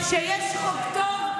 כשיש חוק טוב,